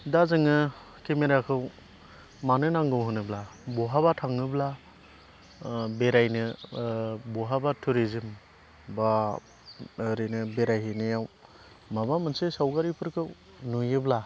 दा जोङो केमेराखौ मानो नांगौ होनोब्ला बहाबा थाङोब्ला बेरायनो बहाबा टुरिजोम एबा ओरैनो बेरायहैनायाव माबा मोनसे सावगारिफोरखौ नुयोब्ला